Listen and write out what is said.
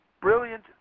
brilliant